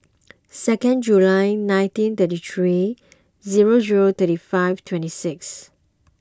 second July nineteen thirty three zero zero thirty five twenty six